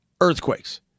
earthquakes